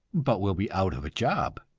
but will be out of a job.